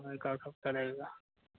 एक आध हफ्ता लगेगा